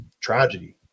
tragedy